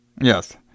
Yes